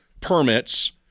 permits